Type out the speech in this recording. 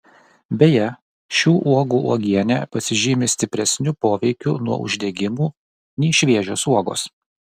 beje šių uogų uogienė pasižymi stipresniu poveikiu nuo uždegimų nei šviežios uogos